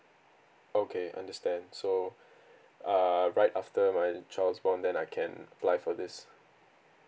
okay understand so err right after my child is born then I can apply for this